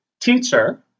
Teacher